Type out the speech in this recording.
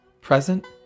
present